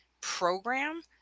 program